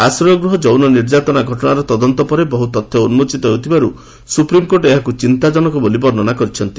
ଆଶ୍ରୟଗୃହ ଯୌନ ନିର୍ଯ୍ୟାତନା ଘଟଣାର ତଦନ୍ତ ପରେ ବହୁ ତଥ୍ୟ ଉନ୍କୋଚିତ ହେଉଥିବାରୁ ସୁପ୍ରିମକୋର୍ଟ ଏହାକୁ ଚିନ୍ତାଜନକ ବର୍ଣ୍ଣନା କରିଛନ୍ତି